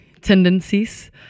tendencies